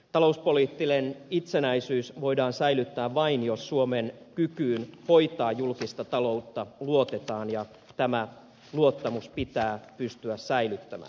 talouspoliittinen itsenäisyys voidaan säilyttää vain jos suomen kykyyn hoitaa julkista taloutta luotetaan ja tämä luottamus pitää pystyä säilyttämään